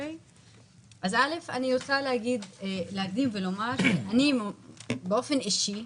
ראשית, אני רוצה לומר שאני באופן אישי,